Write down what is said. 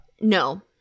no